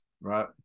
right